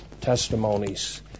testimonies